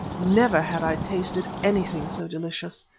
never had i tasted anything so delicious.